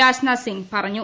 രാജ്നാഥ് സിംഗ് പറഞ്ഞു